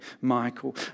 Michael